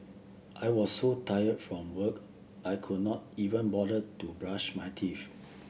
I was so tired from work I could not even bother to brush my teeth